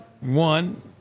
one